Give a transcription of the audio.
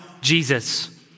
Jesus